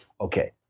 Okay